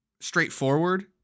straightforward